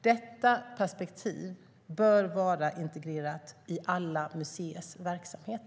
Detta perspektiv bör vara integrerat i alla museers verksamhet.